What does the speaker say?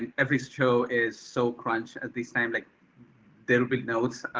and every show is so crunched at this time, like there'll be notes,